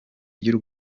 ry’u